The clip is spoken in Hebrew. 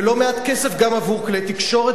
ולא מעט כסף גם עבור כלי תקשורת,